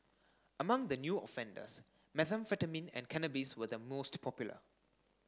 among the new offenders methamphetamine and cannabis were the most popular